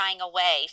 away